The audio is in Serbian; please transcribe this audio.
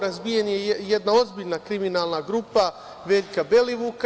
Razbijena je jedna ozbiljna kriminalna grupa Veljka Belivuka.